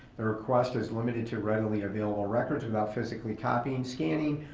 the request is limited to readily available records without physically copying, scanning,